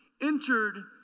entered